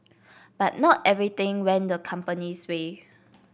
but not everything went the company's way